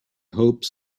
hope